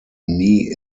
knee